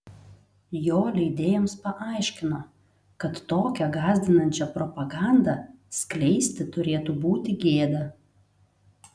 jo leidėjams paaiškino kad tokią gąsdinančią propagandą skleisti turėtų būti gėda